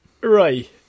right